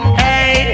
hey